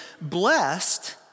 blessed